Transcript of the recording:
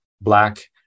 Black